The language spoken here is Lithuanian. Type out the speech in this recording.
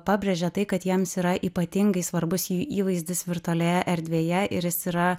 pabrėžė tai kad jiems yra ypatingai svarbus jų įvaizdis virtualioje erdvėje ir jis yra